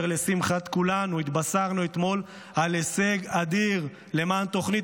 לשמחת כולנו התבשרנו אתמול על הישג אדיר למען תוכנית